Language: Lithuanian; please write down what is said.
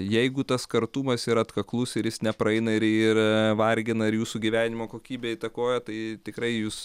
jeigu tas kartumas yra atkaklus ir jis nepraeina ir ir vargina ir jūsų gyvenimo kokybę įtakoja tai tikrai jūs